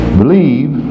believe